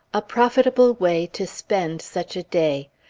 a profitable way to spend such a day!